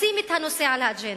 לשים את הנושא על האג'נדה.